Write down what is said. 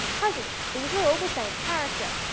hugging. these are all the same character.